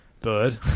bird